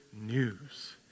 news